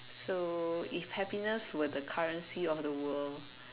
so if happiness were the currency of the world